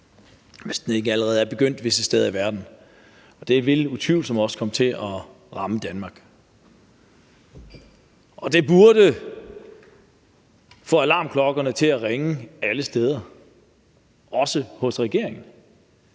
hvis den ikke allerede er begyndt visse steder i verden, og det vil utvivlsomt også komme til at ramme Danmark. Det burde få alarmklokkerne til at ringe alle steder, også hos regeringen,